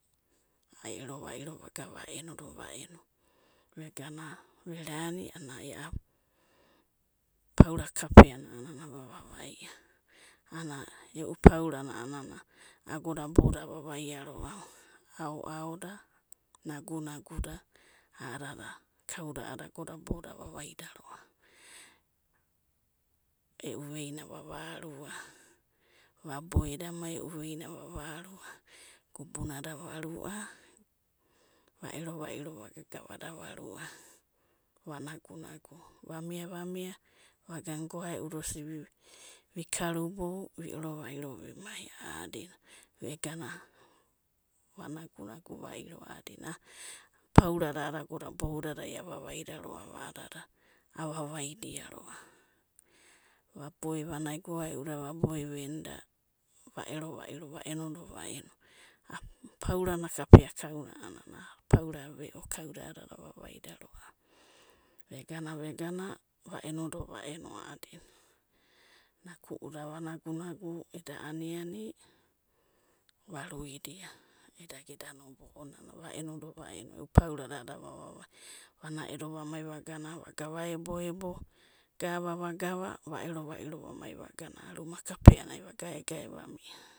Ai ero va'iro vairo vaga va'enodio va'eno vegana verani, ai a'anana paura kapeana vava'vaia ana e'u paurana a'anana agoda boudadai avaiaroava, ao'aoda, nagu'naguda a'adada kauda'adada, agoda boudadai avavaiaroava, e'u veina vava'arua, va'boe e'u veina vava'aru, gabunada va'rua va'ero vairo vagana gavada va'rua, va nagu'nagu vamia vamia vagana goae'uda osida vi'karibou, va ero'vairo va'mai a'adina, vegana va'nagunagua vairo, a'adada, paurada a'dada agoda boudadai ava'vaidiroava a'adada ava'vaidiroava, va'bo'e vanai goae'uda va'boe venidia va'ero vairo, va'enodo va'eno, paurana kapea kauna a'anana, paura ve'o kauda a'adada ava vairoava vegana vegana va'enodo va'eno a'adina. Naku'uda vo'nagu'nagu eda ani'ani va'ruida edaga, edaga eda nobo'o nana va'enodo va'eno a'a paurada vava'vai va'naedo va'mai va'gana va'ebo'ebo, gava va'gava va'ero va'iro va'mai vagana rumana kapeanai va'gae'gae va'mia.